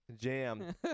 jam